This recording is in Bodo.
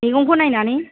मैगंखौ नायनानै